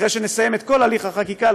אחרי שנסיים את כל הליך החקיקה,